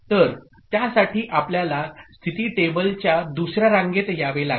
तर त्यासाठी आपल्याला स्थिती टेबलच्या दुसर्या रांगेत यावे लागेल